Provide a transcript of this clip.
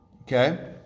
Okay